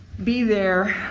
be there.